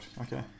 Okay